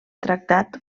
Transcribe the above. tractat